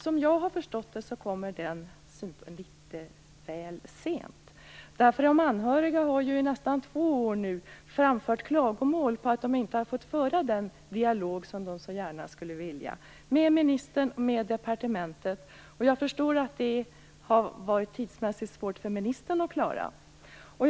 Som jag har förstått det, kommer detta litet väl sent. De anhöriga har ju i nästan två år nu framfört klagomål på att de inte har fått föra den dialog som de så gärna skulle vilja föra med ministern och departementet. Jag förstår att det tidsmässigt har varit svårt för ministern att klara det.